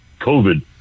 COVID